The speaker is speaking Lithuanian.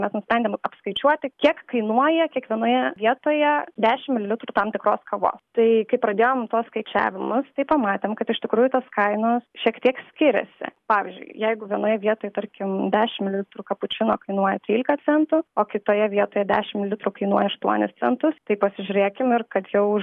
mes nusprendėm apskaičiuoti kiek kainuoja kiekvienoje vietoje dešim mililitrų tam tikros kavos tai kai pradėjom tuos skaičiavimus tai pamatėm kad iš tikrųjų tos kainos šiek tiek skiriasi pavyzdžiui jeigu vienoje vietoje tarkim dešim mililitrų kapučino kainuoja trylika centų o kitoje vietoje dešim mililitrų kainuoja aštuonis centus tai pasižiūrėkim ir kad jau už